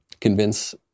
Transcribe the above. convince